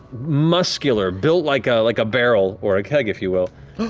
muscular, built like ah like a barrel, or a keg, if you will,